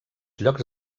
llocs